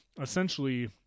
essentially